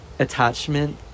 attachment